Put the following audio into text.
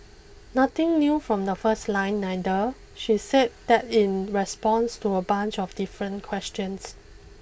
nothing new from the first line neither she's said that in response to a bunch of different questions